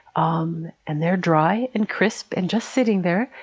um and they're dry, and crisp, and just sitting there.